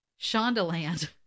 Shondaland